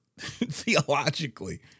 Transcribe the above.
theologically